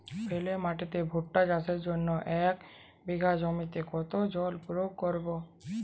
বেলে মাটিতে ভুট্টা চাষের জন্য এক বিঘা জমিতে কতো জল প্রয়োগ করব?